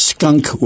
Skunk